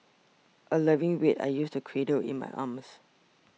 a loving weight I used to cradle in my arms